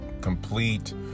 complete